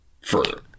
further